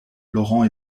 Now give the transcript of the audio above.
laurent